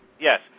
Yes